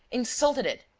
insulted it.